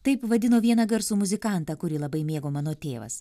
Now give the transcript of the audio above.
taip vadino vieną garsų muzikantą kurį labai mėgo mano tėvas